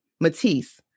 matisse